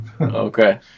Okay